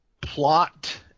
plot